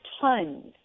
tons